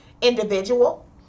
individual